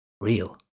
real